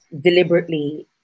deliberately